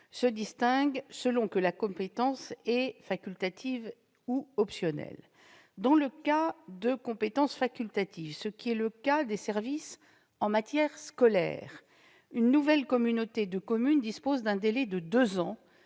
sont distincts selon que la compétence est facultative ou optionnelle. Dans le cas de compétences facultatives, comme le sont les services en matière scolaire, une nouvelle communauté de communes dispose d'un délai de deux ans